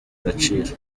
agaciro